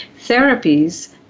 therapies